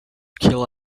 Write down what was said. kill